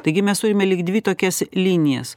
taigi mes turime lyg dvi tokias linijas